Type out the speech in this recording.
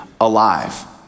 alive